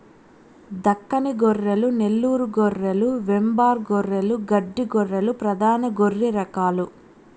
దక్కని గొర్రెలు, నెల్లూరు గొర్రెలు, వెంబార్ గొర్రెలు, గడ్డి గొర్రెలు ప్రధాన గొర్రె రకాలు